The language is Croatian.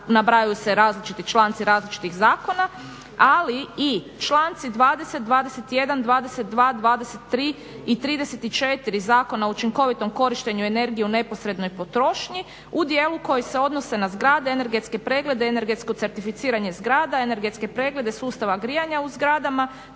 nabrajaju se različiti članci različitih zakona ali i članci 20., 21., 22., 23. I 34. Zakona o učinkovitom korištenju energije u neposrednoj potrošnji u dijelu koji se odnose na zgrade, energetske preglede, energetsko certificiranje zgrada, energetske preglede sustava grijanja u zgradama